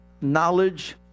knowledge